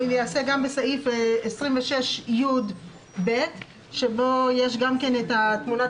הוא גם בסעיף 26י(ב) שבו יש את תמונת